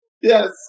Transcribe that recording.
Yes